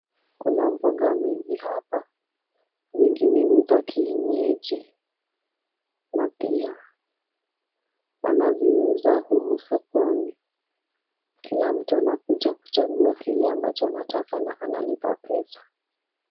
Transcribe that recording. Kuna mboga mingi hapa zingine ni za kienyeji na pia wanaziuza humu sokoni. Kila mtu anakuja kuchagua kile ambacho anataka na analipa pesa.